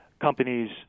companies